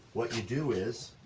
what you do is,